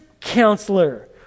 counselor